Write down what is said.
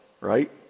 right